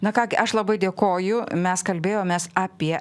na kągi aš labai dėkoju mes kalbėjomės apie